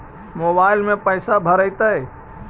Mobile में पैसा भरैतैय?